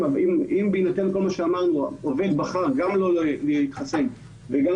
בהינתן כל מה שאמרנו האיש בחר גם לא להתחסן וגם